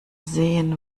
sehen